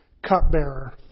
Cupbearer